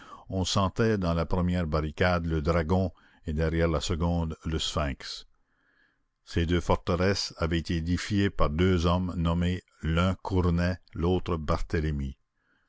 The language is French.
on sentait dans la première barricade le dragon et derrière la seconde le sphinx ces deux forteresses avaient été édifiées par deux hommes nommés l'un cournet l'autre barthélemy